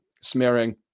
smearing